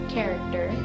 Character